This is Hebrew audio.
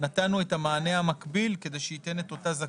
נתנו את המענה המקביל כדי שייתן את אותה זכאות.